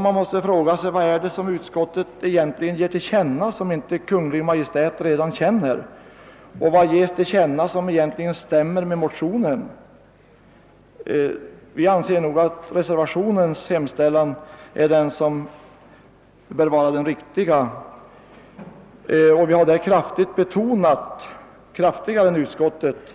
Man måste fråga sig vad det är som utskottet ger till känna som inte Kungl. Maj:t redan vet, och vad ges till känna som egentligen stämmer med motionen? Vi anser att reservationens hemställan är den riktiga, och vi har där kraftigare än utskottet